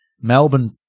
Melbourne